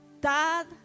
dad